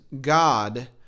God